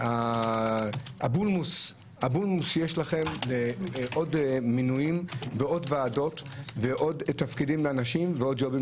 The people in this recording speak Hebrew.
והבולמוס שיש לכם לעוד מינויים ועוד ועדות ועוד תפקידים וג'ובים